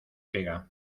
pega